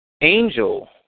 Angel